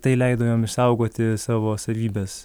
tai leido jam išsaugoti savo savybes